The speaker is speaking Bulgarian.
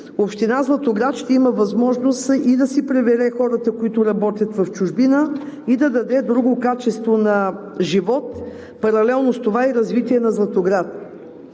община Златоград ще има възможност да си прибере хората, които работят в чужбина, и да даде друго качество на живот, а паралелно с това и развитие за Златоград.